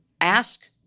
ask